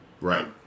Right